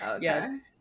yes